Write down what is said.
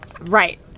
right